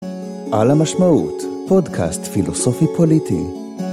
על המשמעות - פודקאסט פילוסופי-פוליטי.